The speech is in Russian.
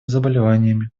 заболеваниями